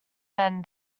then